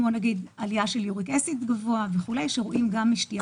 כמו למשל עלייה של Uric acid גבוה וכולי שרואים גם משתייה מתוקה.